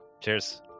Cheers